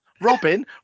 Robin